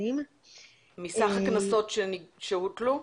מסך הקנסות שהוטלו?